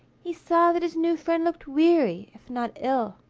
he saw that his new friend looked weary, if not ill,